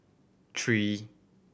three